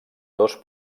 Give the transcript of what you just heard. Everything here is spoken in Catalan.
dos